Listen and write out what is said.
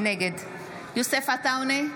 נגד יוסף עטאונה,